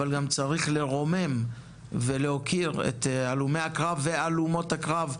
אבל גם צריך לרומם ולהוקיר את הלומי הקרב והלומות הקרב.